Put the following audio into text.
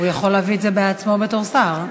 הוא יכול להביא את זה בעצמו בתור שר.